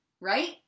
Right